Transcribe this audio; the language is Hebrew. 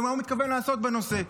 ומה הוא מתכוון לעשות בנושא.